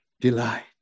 delight